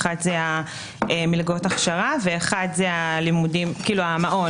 מלגות הכשרה והמעון.